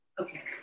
Okay